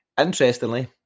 Interestingly